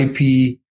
IP